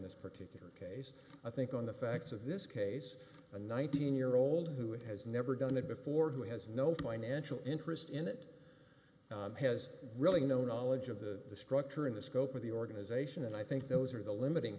this particular case i think on the facts of this case a nineteen year old who has never done it before who has no financial interest in it has really no knowledge of the structure and the scope of the organization and i think those are the limiting